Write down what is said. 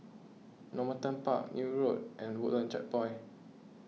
Normanton Park Neil Road and Woodlands Checkpoint